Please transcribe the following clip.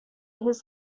his